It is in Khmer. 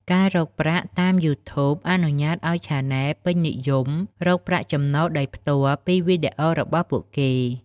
ការរកប្រាក់តាម YouTube អនុញ្ញាតឱ្យឆានែលពេញនិយមរកប្រាក់ចំណូលដោយផ្ទាល់ពីវីដេអូរបស់ពួកគេ។